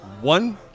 One